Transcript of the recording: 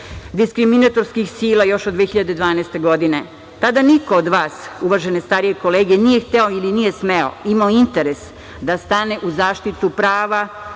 diskriminatorskih sila još od 2012. godine. Tada niko od vas, uvažene starije kolege, nije hteo ili nije smeo, imao interes da stane u zaštitu prava